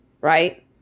Right